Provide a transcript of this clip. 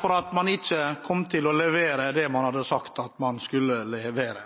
for at man ikke kom til å levere det man hadde sagt at man skulle levere.